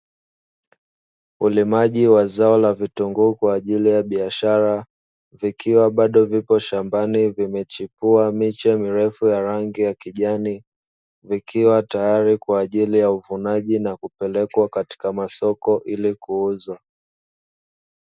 Ulimaji wa zao la vitunguu kwaajili ya biashara, vikiwa bado vipo shambani vimechipua miche mirefu ya rangi ya kijani, vikiwa tayari kwa ajili ya uvunaji na kupelekwa katika masoko ili kuuzwa.